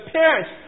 parents